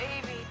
baby